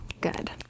good